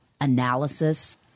analysis